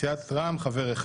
סיעת העבודה חבר אחד,